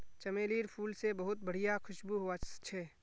चमेलीर फूल से बहुत बढ़िया खुशबू वशछे